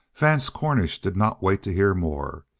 vance cornish did not wait to hear more.